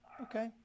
Okay